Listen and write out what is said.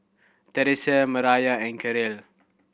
Terese Mariyah and Karyl